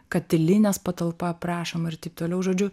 katilinės patalpa aprašoma ir taip toliau žodžiu